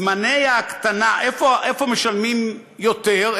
וזמני ההתקנה, איפה משלמים יותר?